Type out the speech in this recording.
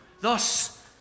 Thus